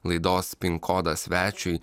laidos pink kodas svečiui